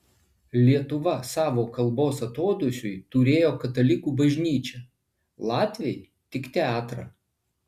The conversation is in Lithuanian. lietuva savo kalbos atodūsiui turėjo katalikų bažnyčią latviai tik teatrą